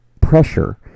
pressure